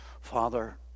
Father